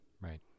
Right